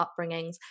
upbringings